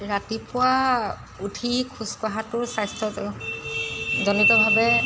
ৰাতিপুৱা উঠি খোজকঢ়াটো স্বাস্থ্য জনিতভাৱে